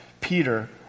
Peter